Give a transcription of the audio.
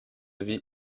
vie